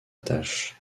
tâche